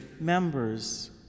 members